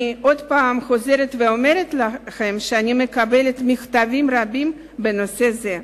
אני חוזרת ואומרת לכם שאני מקבלת מכתבים רבים בנושא זה.